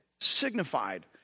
signified